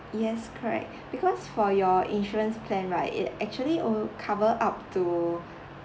yes correct because for your insurance plan right it actually uh cover up to